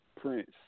prince